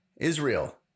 Israel